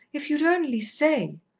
if you'd only say!